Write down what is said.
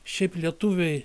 šiaip lietuviai